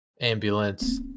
ambulance